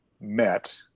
met